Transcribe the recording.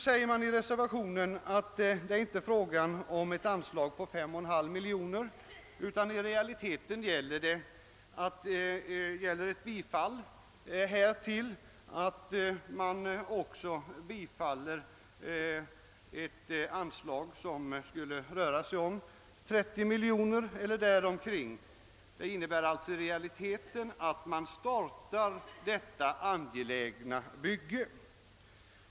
I reservationen sägs att det inte är fråga om anslag på 5,5 milj.kr.nor, utan att ett bifall till utskottets hemställan i realiteten också medför bifall till ett anslag, som skulle röra sig om 30 milj.kr.nor eller däromkring. Ett bifall till utskottets hemställan skulle alltså enligt reservationen innebära startandet av detta angelägna bygge.